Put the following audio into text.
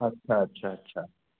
अच्छा अच्छा अच्छा